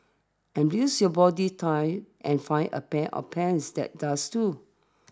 embrace your body type and find a pair of pants that does too